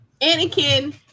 Anakin